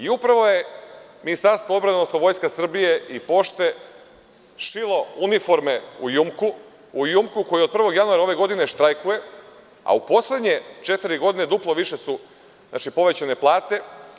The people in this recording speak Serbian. Upravo je Ministarstvo odbrane, odnosno Vojska Srbije i Pošte šilo uniforme u „Jumku“ koji od 1. januara ove godine štrajkuje, a poslednje četiri godine duplo više su povećane plate.